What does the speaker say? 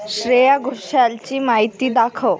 श्रेया घोषालची माहिती दाखव